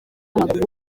w’amaguru